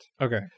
Okay